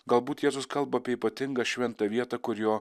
galbūt jėzus kalba apie ypatingą šventą vietą kur jo